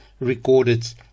recorded